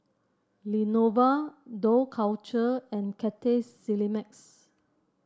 Lenovo Dough Culture and Cathay Cineplex